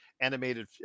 animated